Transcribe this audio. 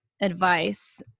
advice